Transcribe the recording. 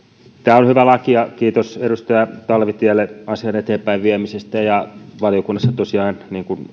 on hyvä laki ja kiitos edustaja talvitielle asian eteenpäinviemisestä valiokunnassa tosiaan niin kuin